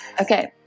Okay